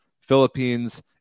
Philippines